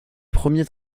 premiers